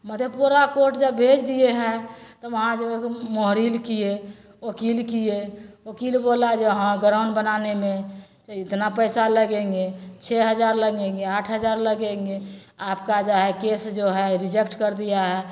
Madhepura court जब भेज दिए हैं तब वहाँ जो मोहरिल किए ओकिल किए ओकिल बोला जे हँ ग्राउण्ड बनानेमे इतना पैसा लगेंगे छओ हजार लगेंगे आठ हजार लगेंगे आपका जो है केस जो है रिजेक्ट कर दिया है